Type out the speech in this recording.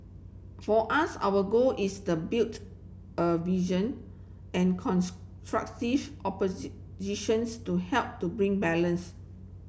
for us our goal is the built a vision and to help to bring balance